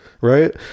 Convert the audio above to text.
Right